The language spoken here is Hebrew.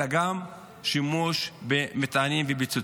אלא זה עבר גם לשימוש במטענים ופיצוצים.